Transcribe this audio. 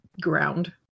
ground